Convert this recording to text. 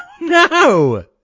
No